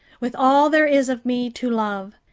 with all there is of me to love.